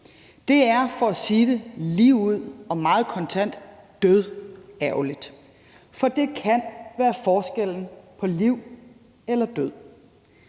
Det er for at sige det lige ud og meget kontant dødærgerligt. For det kan være forskellen på liv eller død.